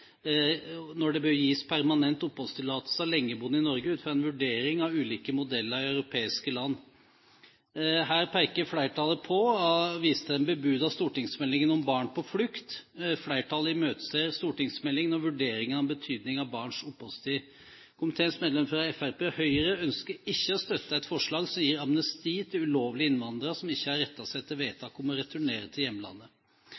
når det bør gis permanent oppholdstillatelse av lengeboende i Norge ut fra en vurdering av ulike modeller i europeiske land» Her peker flertallet på og viser til den bebudede stortingsmeldingen om barn på flukt. Flertallet imøteser stortingsmeldingen og vurderingen av betydningen av barns oppholdstid. Komiteens medlemmer fra Fremskrittspartiet og Høyre ønsker ikke å støtte et forslag som gir amnesti til ulovlig innvandrede som ikke har rettet seg etter vedtaket om å returnere til